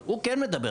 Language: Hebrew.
אבל הוא כן מדבר,